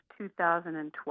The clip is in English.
2012